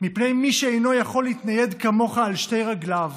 מפני מי שאינו יכול להתנייד כמוך על שתי רגליו